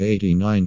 89%